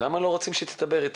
בבקשה.